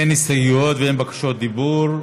אין הסתייגויות ואין בקשות דיבור.